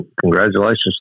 congratulations